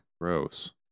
gross